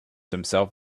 himself